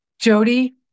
Jody